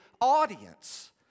audience